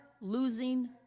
losing